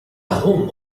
home